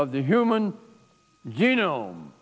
of the human genome